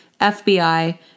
FBI